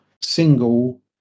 single